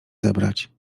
zebrać